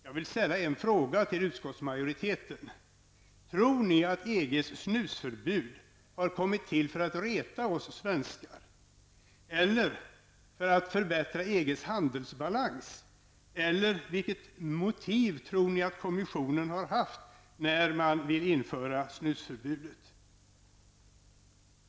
Jag vill ställa en fråga till utskottsmajoriteten: Tror ni att EGs snusförbud har kommit till för att reta oss svenskar eller för att förbättra EGs handelsbalans, eller vilka motiv tror ni att kommissionen haft när man vill införa snusförbudet?